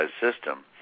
system